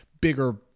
bigger